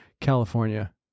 California